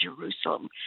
Jerusalem